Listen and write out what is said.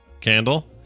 candle